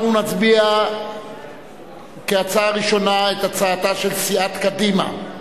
אנחנו נצביע כהצעה ראשונה על הצעתה של סיעת קדימה,